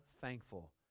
thankful